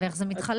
ואיך זה מתחלק?